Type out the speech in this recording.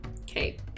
okay